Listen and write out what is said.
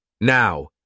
Now